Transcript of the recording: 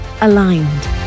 aligned